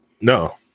no